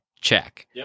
check